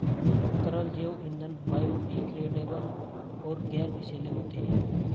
तरल जैव ईंधन बायोडिग्रेडेबल और गैर विषैले होते हैं